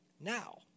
Now